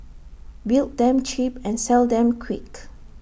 build them cheap and sell them quick